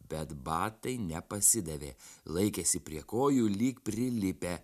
bet batai nepasidavė laikėsi prie kojų lyg prilipę